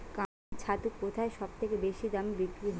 কাড়াং ছাতু কোথায় সবথেকে বেশি দামে বিক্রি হয়?